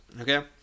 Okay